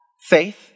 Faith